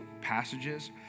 passages